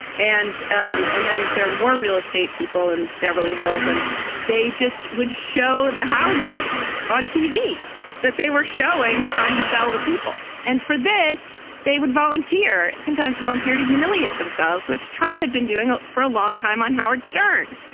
and um and then there are more real estate people in beverly hills and they just would show the houses on tv that they were showing trying to sell to people. and for this they would volunteer sometimes volunteer to humiliate themselves which trump had been doing for a long time on howard stern.